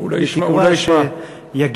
אני מקווה שיגיע.